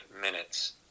minutes